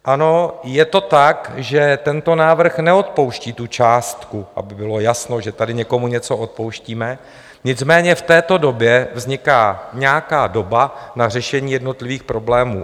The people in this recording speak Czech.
Ano, je to tak, že tento návrh neodpouští tu částku, aby bylo jasno, že tady někomu něco odpouštíme, nicméně v této době vzniká nějaká doba na řešení jednotlivých problémů.